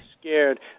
Scared